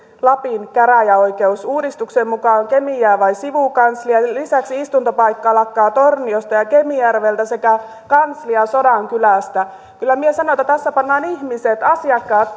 lapin käräjäoikeus uudistuksen mukaan kemiin jää vain sivukanslia lisäksi istuntopaikka lakkaa torniosta ja kemijärveltä sekä kanslia sodankylästä kyllä minä sanon että tässä pannaan ihmiset asiakkaat